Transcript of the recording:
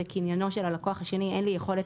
זה קניינו של הלקוח השני ואין לבנק יכולת